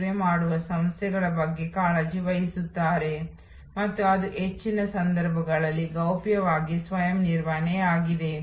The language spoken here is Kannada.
ಸೇವಾ ಪರಿಕಲ್ಪನೆ ಉತ್ಪಾದನೆ ಮತ್ತು ಹೊಸ ಸೇವಾ ಪರಿಕಲ್ಪನೆ ಉತ್ಪಾದನೆಯಲ್ಲಿ ಗ್ರಾಹಕರ ಪಾತ್ರದ ಬಗ್ಗೆ ಸ್ವಲ್ಪ ಮಟ್ಟಿಗೆ ನಾವು ಕಳೆದ ವಾರ ಚರ್ಚಿಸಿದ್ದೇವೆ